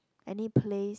any plays